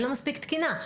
אין לה מספיק תקינה.